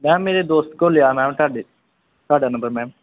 ma'am ਮੇਰੇ ਦੋਸਤ ਕੋਲੋਂ ਲਿਆ ਮੈਮ ਤੁਹਾਡੇ ਤੁਹਾਡਾ ਨੰਬਰ ਮੈਮ